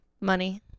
Money